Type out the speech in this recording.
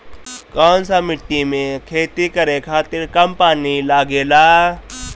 कौन सा मिट्टी में खेती करे खातिर कम पानी लागेला?